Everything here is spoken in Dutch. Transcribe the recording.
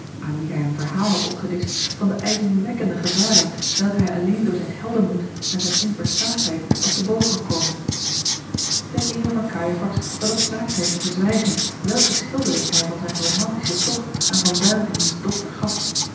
aan wie hij een verhaal had opgedischt van de ijzingwekkende gevaren welke hij alleen door zijn heldenmoed en zijne onversaagdheid was te boven gekomen ter eere van cajefax zal het zaak zijn te verzwijgen welke schildering hij van zijn romantischen togt aan van duin en diens dochter gaf